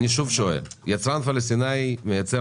אשאל שוב: יצרן פלסטיני מייצר